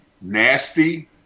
nasty